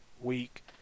week